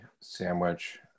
sandwich